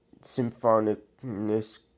symphonicness